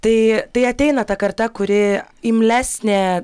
tai tai ateina ta karta kuri imlesnė